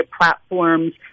platforms